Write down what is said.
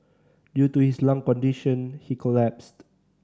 due to his lung condition he collapsed